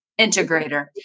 Integrator